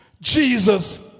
Jesus